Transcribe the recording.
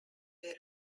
were